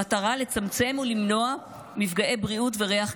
במטרה לצמצם ולמנוע מפגעי בריאות וריח,